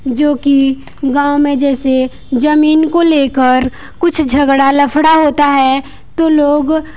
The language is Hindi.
जो कि गाँव में जैसे जमीन को लेकर कुछ झगड़ा लफड़ा होता है तो लोग